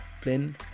Flynn